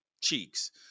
cheeks